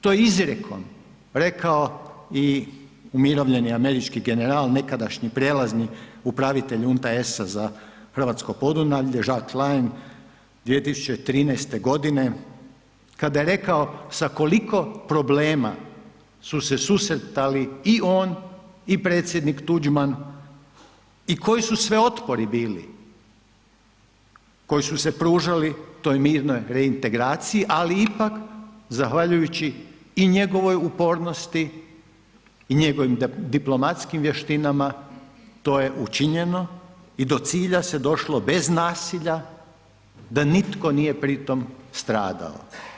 To je izrijekom rekao i umirovljeni američki general nekadašnji prelazni upravitelj UNTAES-a za hrvatsko Podunavlje Jacques Klein 2013. godine kada je rekao sa koliko problema su se susretali i on i predsjednik Tuđman i koji su sve otpori bili koji su se pružali toj mirnoj reintegraciji, ali ipak zahvaljujući i njegovoj upornosti i njegovim diplomatskim vještinama to je učinjeno i do cilja se došlo bez nasilja, da nitko nije pri tom stradao.